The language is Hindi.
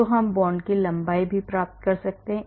तो हम बांड की लंबाई भी प्राप्त कर सकते हैं